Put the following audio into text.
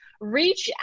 Reach